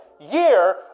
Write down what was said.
year